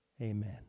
Amen